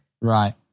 Right